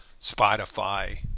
Spotify